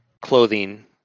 clothing